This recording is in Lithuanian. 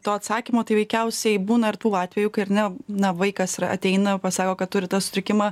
to atsakymo tai veikiausiai būna ir tų atvejų kai ar ne na vaikas ateina pasako kad turi tą sutrikimą